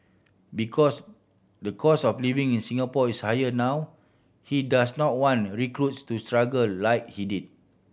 because the cost of living in Singapore is higher now he does not want recruits to struggle like he did